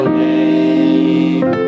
name